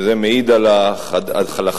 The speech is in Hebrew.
זה מעיד על "החדשה".